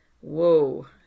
whoa